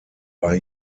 war